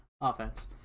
offense